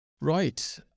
Right